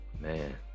Man